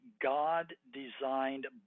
God-designed